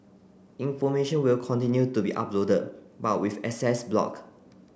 information will continue to be uploaded but with access block